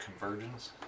convergence